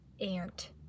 aunt